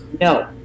no